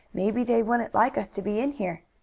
maybe they wouldn't like us to be in here.